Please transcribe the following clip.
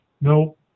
No